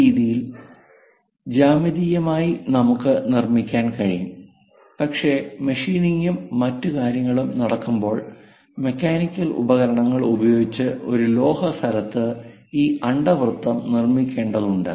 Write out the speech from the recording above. ഈ രീതിയിൽ ജ്യാമിതീയമായി നമുക്ക് നിർമ്മിക്കാൻ കഴിയും പക്ഷേ മെഷീനിംഗും മറ്റ് കാര്യങ്ങളും നടക്കുമ്പോൾ മെക്കാനിക്കൽ ഉപകരണങ്ങൾ ഉപയോഗിച്ച് ഒരു ലോഹ സ്ഥലത്ത് ഈ അണ്ഡവൃത്തം നിർമ്മിക്കേണ്ടതുണ്ട്